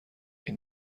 این